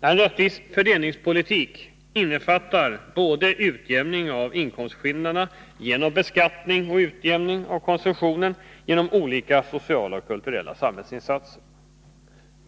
En rättvis fördelningspolitik innefattar både utjämning av inkomstskillnaderna genom beskattning och utjämning av konsumtion genom olika sociala och kulturella samhällsinsatser.